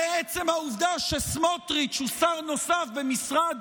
הרי עצם העובדה שסמוטריץ' הוא שר נוסף במשרד